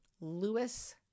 Lewis